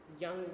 young